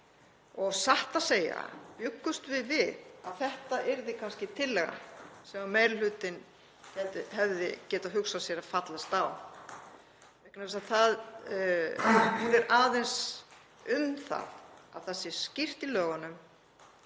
og satt að segja bjuggust við við að þetta yrði kannski tillaga sem meiri hlutinn hefði getað hugsað sér að fallast á, vegna þess að hún er aðeins um að það sé skýrt í lögunum